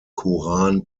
quran